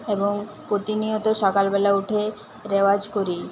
এবং প্রতিনিয়ত সকালবেলা উঠে রেওয়াজ করি